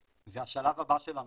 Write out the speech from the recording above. השלב הבא שלנו,